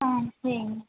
ஆ சரிங்க